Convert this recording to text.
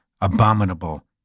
abominable